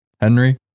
Henry